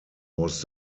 was